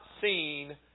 seen